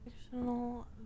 fictional